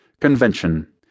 Convention